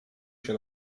się